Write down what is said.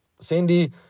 Cindy